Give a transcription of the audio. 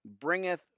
bringeth